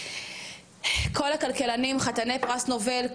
כל הכלכלנים חתני פרס נובל,